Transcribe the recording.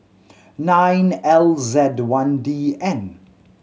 nine L Z one D N